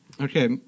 Okay